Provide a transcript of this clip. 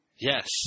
Yes